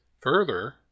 Further